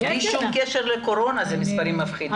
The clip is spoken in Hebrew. בלי שום קשר לקורונה זה מספרים מפחידים.